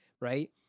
right